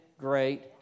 great